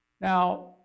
Now